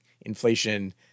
inflation